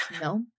No